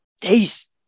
days